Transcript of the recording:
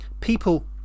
people